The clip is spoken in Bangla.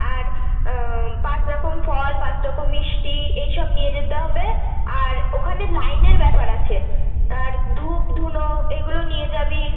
আর পাঁচ রকম ফল পাঁচ মিষ্টি এই সব নিয়ে যেতে হবে আর ওখানে লাইনের ব্যাপার আছে আর ধূপ ধূনো এইগুলো নিয়ে যাবি